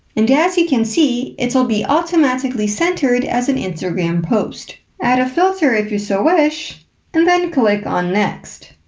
and as you can see, it'll be automatically centered as an instagram post. add a filter if you so wish and then click on next,